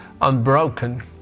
unbroken